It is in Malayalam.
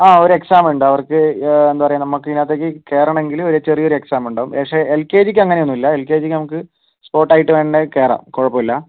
ഒരു എക്സാം ഉണ്ട് അവർക്ക് എന്താ പറയുക ഇവിടെ കയറണമെങ്കില് ഒരു ചെറിയൊരു എക്സാം ഉണ്ടാകും പക്ഷേ എൽ കെ ജി ക്ക് അങ്ങനെ ഒന്നുമില്ല എൽ കെ ജി ക്ക് നമുക്ക് സ്പോർട്ടായിട്ട് തന്നേ കയറാം കുഴപ്പമില്ല